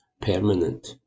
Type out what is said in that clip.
permanent